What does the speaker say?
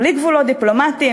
בלי גבולות דיפלומטיים,